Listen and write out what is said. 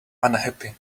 unhappy